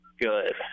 good